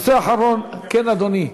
כן, אדוני?